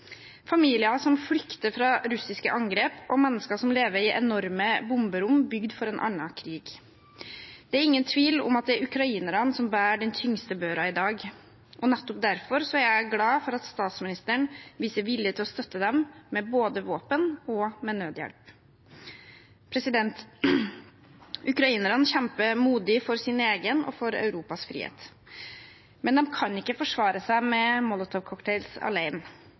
familier som flykter fra russiske angrep, og mennesker som lever i enorme bomberom bygd for en annen krig. Det er ingen tvil om at det er ukrainerne som bærer den tyngste børen i dag. Nettopp derfor er jeg glad for at statsministeren viser vilje til å støtte dem både med våpen og med nødhjelp. Ukrainerne kjemper modig for sin egen og for Europas frihet, men de kan ikke forsvare seg med